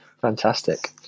Fantastic